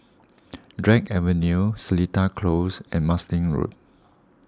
Drake Avenue Seletar Close and Marsiling Road